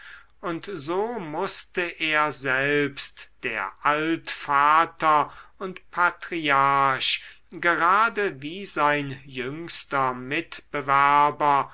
und so mußte er selbst der altvater und patriarch gerade wie sein jüngster mitbewerber